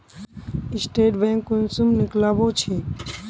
Statement कुंसम निकलाबो छी?